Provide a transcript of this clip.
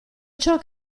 ciò